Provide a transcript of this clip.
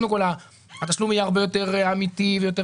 קודם כול התשלום יהיה הרבה יותר אמיתי ויותר